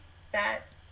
set